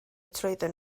trwyddyn